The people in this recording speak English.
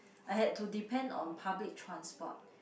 I had to depend on public transport